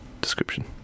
description